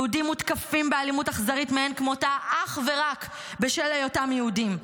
יהודים מותקפים באלימות אכזרית מאין כמותה אך ורק בשל היותם יהודים,